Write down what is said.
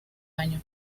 año